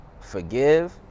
forgive